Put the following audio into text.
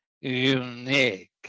unique